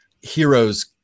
Heroes